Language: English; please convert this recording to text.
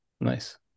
Nice